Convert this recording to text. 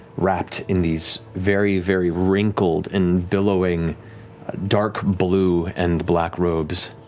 wrapped in these very very wrinkled and billowing dark blue and black robes.